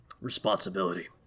responsibility